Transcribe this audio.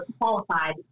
qualified